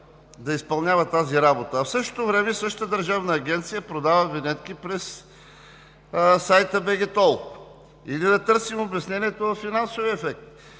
да изпълнява тази работа, а в същото време същата държавна агенция продава винетки през сайта bgtoll. Или да търсим обяснението във финансовия ефект?